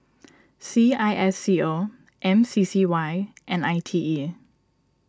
C I S C O M C C Y and I T E